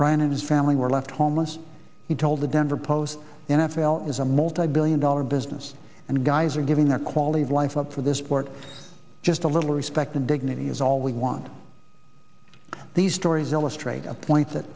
brian and his family were left homeless he told the denver post the n f l is a multibillion dollar business and guys are giving their quality of life up for this sport just a little respect and dignity is all we want these stories illustrate a point